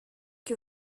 que